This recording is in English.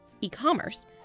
e-commerce